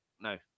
No